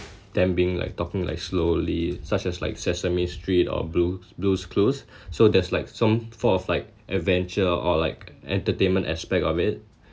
them being like talking like slowly such as like sesame street or blue blue's clues so there's like some form of like adventure or like entertainment aspect of it